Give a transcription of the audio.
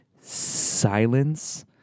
silence